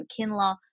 Kinlaw